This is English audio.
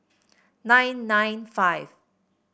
nine nine five